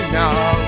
now